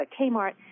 Kmart